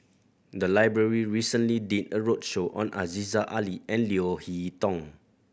the library recently did a roadshow on Aziza Ali and Leo Hee Tong